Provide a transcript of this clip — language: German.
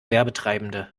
werbetreibende